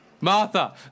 Martha